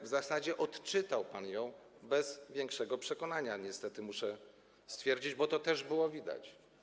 W zasadzie odczytał pan to bez większego przekonania, niestety, muszę to stwierdzić, bo to też było widać.